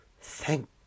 Thank